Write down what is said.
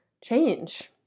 change